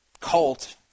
cult